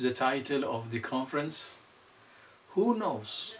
the title of the conference who knows